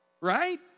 right